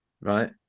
right